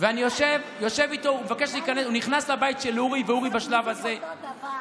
הוא נכנס לבית של אורי, ואורי בשלב הזה, אותו דבר,